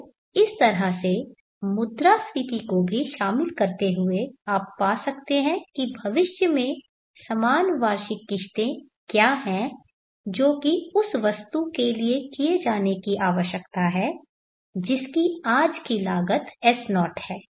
तो इस तरह से मुद्रास्फीति को भी शामिल करते हुए आप पा सकते हैं कि भविष्य में समान वार्षिक किश्तें क्या हैं जो कि उस वस्तु के लिए किए जाने की आवश्यकता है जिसकी आज की लागत S0 है